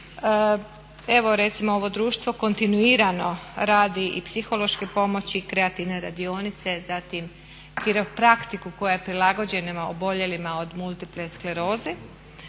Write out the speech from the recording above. Evo recimo ovo društvo kontinuirano radi i psihološke pomoći, kreativne radionice, zatim kiropraktiku koja je prilagođena oboljelima od multiple skleroze,